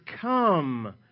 come